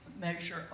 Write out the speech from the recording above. measure